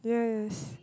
yeah yes